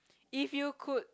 if you could